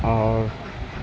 اور